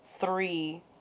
three